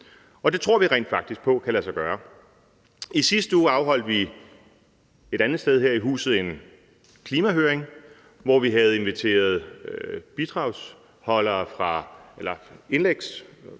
det tror vi rent faktisk på kan lade sig gøre. I sidste uge afholdt vi et andet sted her i huset en klimahøring, hvor vi havde inviteret oplægsholdere udefra: